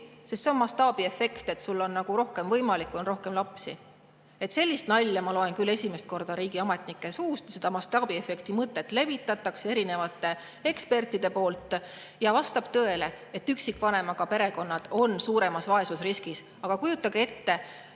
suppi. See on mastaabiefekt, et sul on nagu [see võimalus], kui on rohkem lapsi. Sellist nalja ma loen küll esimest korda riigiametnike suust. Seda mastaabiefekti mõtet levitavad erinevad eksperdid. Vastab tõele, et üksikvanemaga perekonnad on suuremas vaesusriskis. Aga kujutage ette,